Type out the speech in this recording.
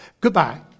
Goodbye